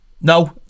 no